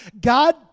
God